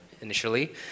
initially